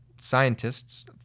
scientists